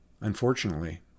Unfortunately